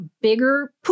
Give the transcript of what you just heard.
bigger